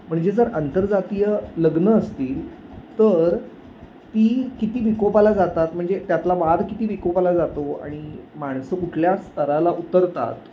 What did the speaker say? म्हणजे जर आंतरजातीय लग्न असतील तर ती किती विकोपाला जातात म्हणजे त्यातला वाद किती विकोपाला जातो आणि माणसं कुठल्या स्तराला उतरतात